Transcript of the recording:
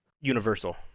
Universal